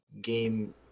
game